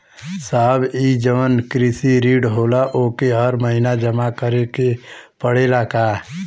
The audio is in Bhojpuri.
साहब ई जवन कृषि ऋण होला ओके हर महिना जमा करे के पणेला का?